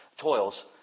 toils